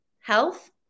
Health